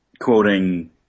quoting